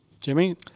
Jimmy